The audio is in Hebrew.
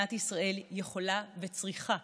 מדינת ישראל יכולה וצריכה